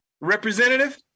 representative